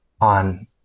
on